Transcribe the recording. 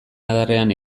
adarrean